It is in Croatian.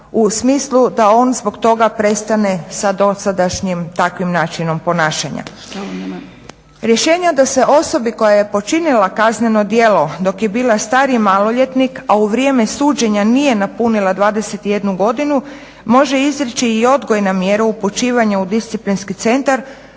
u smislu da on zbog toga prestane sa dosadašnjim takvim načinom ponašanja. Rješenje da se osobi koja je počinila kazneno djelo dok je bila stariji maloljetnik, a u vrijeme suđenja nije napunila 21 godinu može izreći i odgojna mjera upućivanja u disciplinski centar,